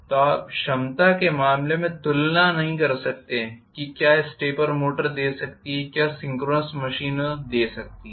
तो आप क्षमता के मामले में तुलना नहीं कर सकते हैं कि क्या स्टेपर मोटर दे सकती है या सिंक्रोनस मशीनों दे सकती हैं